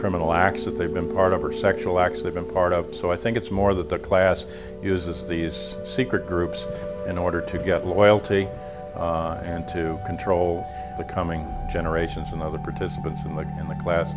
criminal acts of they've been part of or sect well actually been part of it so i think it's more that the class uses these secret groups in order to get loyalty and to control the coming generations and other participants in the class